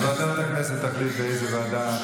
אז ועדת הכנסת תחליט לאיזו ועדה,